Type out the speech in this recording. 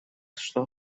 что